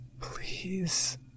Please